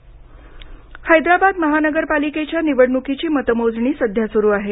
हैदराबाद हैदराबाद महानगरपालिकेच्या निवडणुकीची मतमोजणी सध्या सुरू आहे